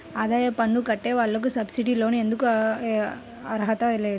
ఆదాయ పన్ను కట్టే వాళ్లకు సబ్సిడీ లోన్ ఎందుకు అర్హత లేదు?